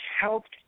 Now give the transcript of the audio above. helped